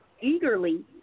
eagerly